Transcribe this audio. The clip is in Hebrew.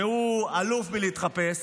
והוא אלוף בלהתחפש,